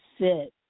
sit